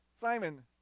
Simon